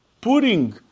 Putting